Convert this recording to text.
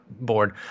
board